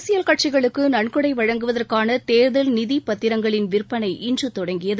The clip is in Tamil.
அரசியல் கட்சிகளுக்கு நன்கொடை வழங்குவதற்கான தேர்தல் நிதி பத்திரங்களின் விற்பனை இன்று தொடங்கியது